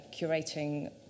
curating